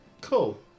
Cool